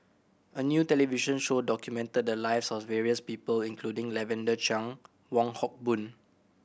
a new television show documented the lives of various people including Lavender Chang Wong Hock Boon